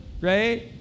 right